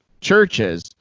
churches